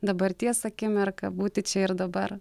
dabarties akimirka būti čia ir dabar